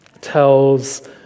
tells